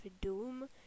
Doom